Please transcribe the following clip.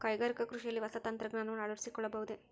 ಕೈಗಾರಿಕಾ ಕೃಷಿಯಲ್ಲಿ ಹೊಸ ತಂತ್ರಜ್ಞಾನವನ್ನ ಅಳವಡಿಸಿಕೊಳ್ಳಬಹುದೇ?